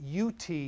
ut